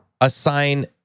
assign